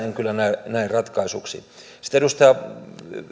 en kyllä näe ratkaisuksi sitten edustaja